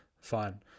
fine